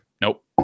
nope